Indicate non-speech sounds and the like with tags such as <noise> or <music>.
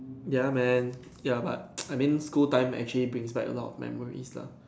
ya man ya but <noise> I mean school times actually bring back a lot of memories lah